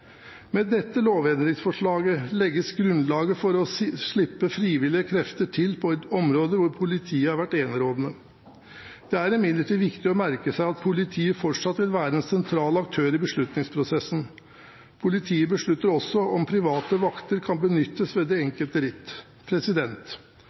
Med dette lovendringsforslaget legges grunnlaget for å slippe frivillige krefter til på et område hvor politiet har vært enerådende. Det er imidlertid viktig å merke seg at politiet fortsatt vil være en sentral aktør i beslutningsprosessen. Politiet beslutter også om private vakter kan benyttes ved det